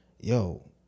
yo